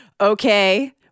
okay